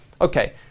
Okay